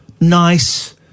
nice